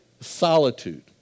solitude